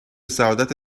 سعادت